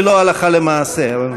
ולא הלכה למעשה.